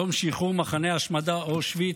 יום שחרור מחנה ההשמדה אושוויץ,